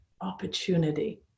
opportunity